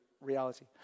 reality